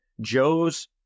Joe's